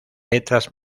letras